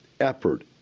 effort